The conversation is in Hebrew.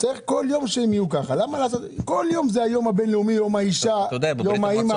כל יום זה היום הבין-לאומי, יום האישה, יום האם.